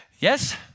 Yes